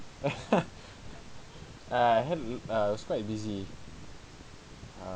ah I had uh I was quite busy